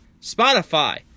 Spotify